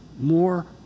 more